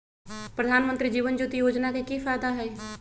प्रधानमंत्री जीवन ज्योति योजना के की फायदा हई?